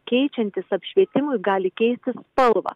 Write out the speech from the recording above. keičiantis apšvietimui gali keisti spalvą